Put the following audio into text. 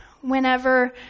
whenever